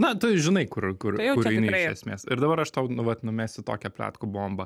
na tu žinai kur kur kur eini iš esmės ir dabar aš tau nu vat numesiu tokią pletkų bombą